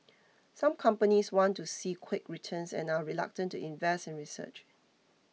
some companies want to see quick returns and are reluctant to invest in research